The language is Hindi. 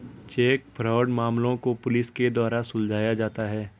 चेक फ्राड मामलों को पुलिस के द्वारा सुलझाया जाता है